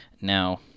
Now